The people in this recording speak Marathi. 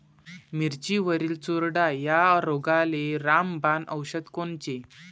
मिरचीवरील चुरडा या रोगाले रामबाण औषध कोनचे?